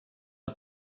att